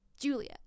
julia